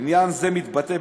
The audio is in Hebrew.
עניין זה מתבטא,